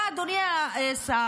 אתה אדוני השר,